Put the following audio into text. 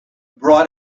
brought